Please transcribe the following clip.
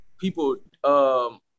people